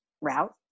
route